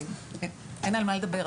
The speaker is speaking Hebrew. אין על מה לדבר.